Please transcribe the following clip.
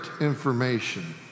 information